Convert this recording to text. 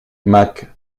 mac